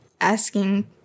asking